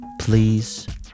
please